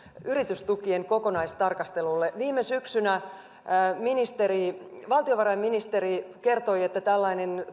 yritystukien kokonaistarkastelulle viime syksynä valtiovarainministeri kertoi että tällainen